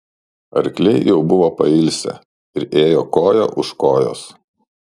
arkliai jau buvo pailsę ir ėjo koja už kojos